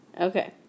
Okay